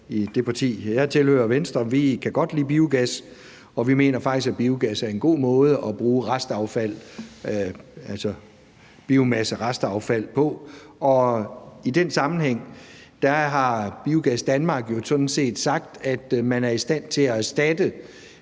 jeg tilhører, Venstre, kan vi godt lide biogas, og vi mener faktisk, at biogas er en god måde at bruge restaffald, altså biomasserestaffald, på. I den sammenhæng har Biogas Danmark jo sådan set sagt, at man er i stand til at erstatte